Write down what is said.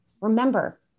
Remember